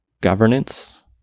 governance